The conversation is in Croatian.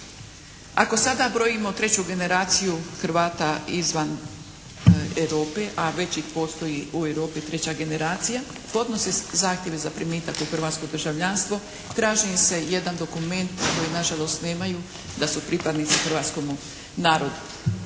Ako sada brojimo treću generaciju Hrvata izvan Europe a već i postoji u Europi treća generacija, podnosi zahtjev za primitak u hrvatsko državljanstvo, traži im se jedan dokument koji nažalost nemaju, da su pripadnici hrvatskomu narodu.